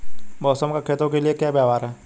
मौसम का खेतों के लिये क्या व्यवहार है?